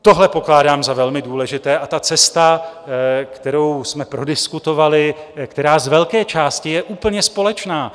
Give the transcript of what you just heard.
Tohle pokládám za velmi důležité, a ta cesta, kterou jsme prodiskutovali, která z velké části je úplně společná.